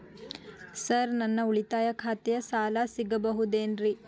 Sir ನನ್ನ ಉಳಿತಾಯ ಖಾತೆಯ ಸಾಲ ಸಿಗಬಹುದೇನ್ರಿ?